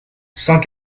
cent